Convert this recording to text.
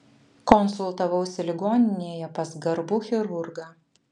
konsultavausi ligoninėje pas garbų chirurgą